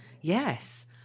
Yes